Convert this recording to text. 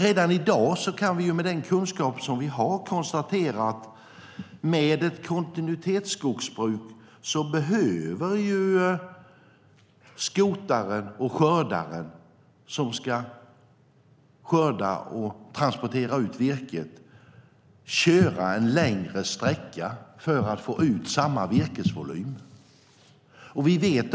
Redan i dag kan vi med den kunskap vi har konstatera att med ett kontinuitetsskogsbruk behöver skotaren och skördaren som ska skörda och transportera ut virket köra en längre sträcka för att få ut samma virkesvolym.